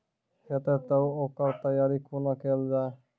हेतै तअ ओकर तैयारी कुना केल जाय?